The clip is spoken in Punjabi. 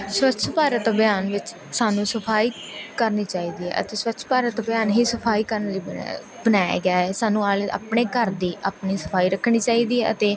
ਸਵੱਛ ਭਾਰਤ ਅਭਿਆਨ ਵਿੱਚ ਸਾਨੂੰ ਸਫਾਈ ਕਰਨੀ ਚਾਹੀਦੀ ਹੈ ਅਤੇ ਸਵੱਛ ਭਾਰਤ ਅਭਿਆਨ ਹੀ ਸਫਾਈ ਕਰਨ ਲਈ ਬਣਿਆ ਬਣਾਇਆ ਗਿਆ ਹੈ ਸਾਨੂੰ ਆਲੇ ਆਪਣੇ ਘਰ ਦੇ ਆਪਣੀ ਸਫਾਈ ਰੱਖਣੀ ਚਾਹੀਦੀ ਹੈ ਅਤੇ